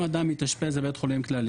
אם אדם מתאשפז בבית חולים כלל,